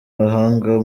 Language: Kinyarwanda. bahanga